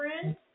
Friends